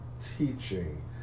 teaching